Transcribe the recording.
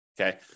okay